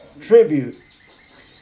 tribute